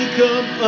come